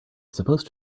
supposed